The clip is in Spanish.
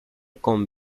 con